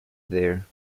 there